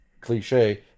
Cliche